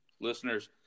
listeners